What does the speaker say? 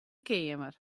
keamer